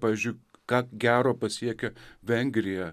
pavyzdžiui ką gero pasiekė vengrija